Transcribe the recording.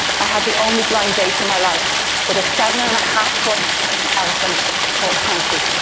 i had the only blind date in my life with a seven and a half foot elephant called kanchi.